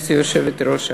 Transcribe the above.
גברתי יושבת-ראש הישיבה,